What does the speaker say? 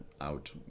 out